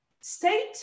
State